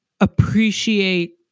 appreciate